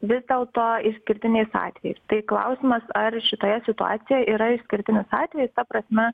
vis dėl to išskirtiniais atvejais tai klausimas ar šitoje situacijoj yra išskirtinis atvejis ta prasme